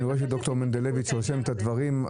אני רואה שד"ר מנדלוביץ רושם את הדברים.